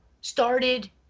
started